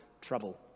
trouble